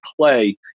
play